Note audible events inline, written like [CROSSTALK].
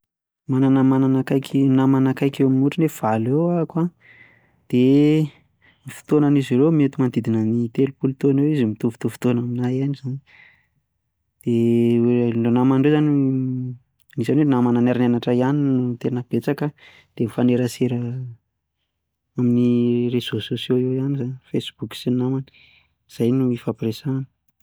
Manana namana akaiky ohatra hoe valo eo aho an dia [HESITATION] ny taonan'izy ireo mety manodidina ny telopolo taona eo izy mety mitovitovy taona amin'ahy ihany dia [HESITATION] ireo namana ireo izany isan'ny hoe namana niara- nianatra ihany no tena betsaka dia mifanerasera amin'ny reseaux sociaux eo ihany izany, facebook sy ny namany, izay no ifampiresahana